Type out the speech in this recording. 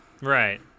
Right